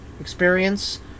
experience